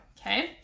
okay